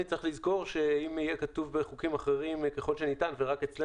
צריך לזכור שאם יהיה כתוב בחוקים אחרים הביטוי "כל שניתן"